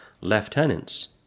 lieutenants